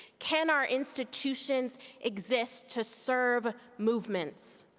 can our institutions exist to serve movements?